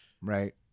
Right